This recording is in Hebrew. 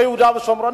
ביהודה ושומרון.